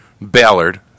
Ballard